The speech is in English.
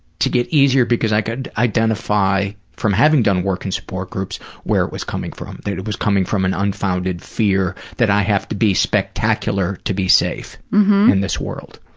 to get easier because i could identify, from having done work in support groups, where it was coming from that it it was coming from an unfounded fear that i have to be spectacular to be safe in this world.